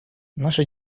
наша